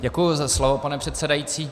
Děkuji za slovo, pane předsedající.